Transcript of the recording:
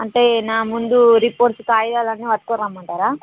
అంటే నా ముందు రిపోర్ట్స్ కాగితాలన్నీ పట్టుకొని రమ్మంటారా